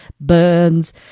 burns